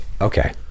Okay